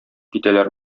китәләр